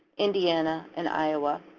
indiana and iowa.